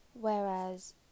Whereas